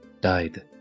died